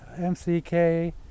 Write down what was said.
MCK